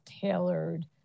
tailored